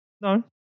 No